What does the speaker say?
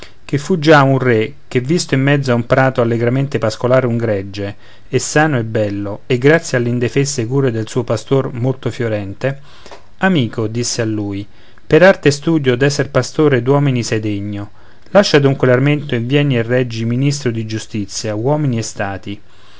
che fu già un re che visto in mezzo a un prato allegramente pascolar un gregge e sano e bello e grazie alle indefesse cure del suo pastor molto fiorente amico disse a lui per arte e studio d'esser pastore d'uomini sei degno lascia dunque l'armento e vieni e reggi ministro di giustizia uomini e stati